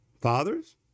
Fathers